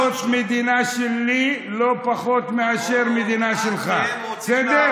זאת מדינה שלי לא פחות מאשר מדינה שלך, בסדר?